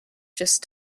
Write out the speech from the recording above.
just